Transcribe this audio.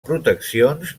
proteccions